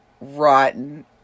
rotten